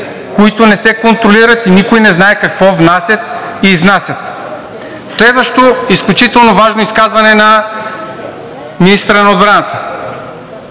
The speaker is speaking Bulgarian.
които не се контролират и никой не знае какво внасят и изнасят. Следващо изключително важно изказване на министъра на отбраната: